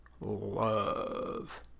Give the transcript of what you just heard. love